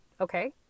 Okay